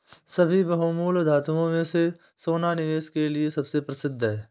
सभी बहुमूल्य धातुओं में से सोना निवेश के लिए सबसे प्रसिद्ध है